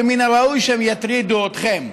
ומן הראוי שיטרידו אתכם.